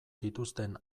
dituzten